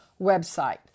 website